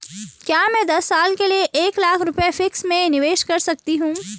क्या मैं दस साल के लिए एक लाख रुपये फिक्स में निवेश कर सकती हूँ?